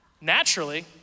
Naturally